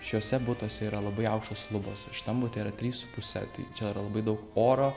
šiuose butuose yra labai aukštos lubos va šitam bute yra trys su puse tai čia yra labai daug oro